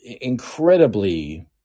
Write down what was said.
incredibly